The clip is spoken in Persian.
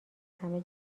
همه